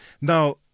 now